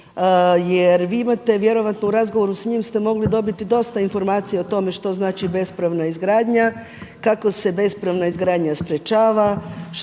jer vi imate vjerojatno u razgovoru s njim ste mogli dobiti dosta informacija o tome što znači bespravna izgradnja, kako se bespravna izgradnja sprječava,